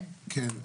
כן.